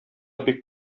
бик